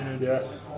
Yes